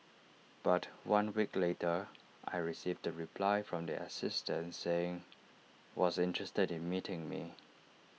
but one week later I received A reply from the assistant saying was interested in meeting me